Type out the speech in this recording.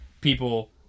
people